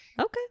okay